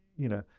you know,